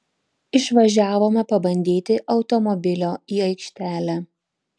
išvažiavome pabandyti automobilio į aikštelę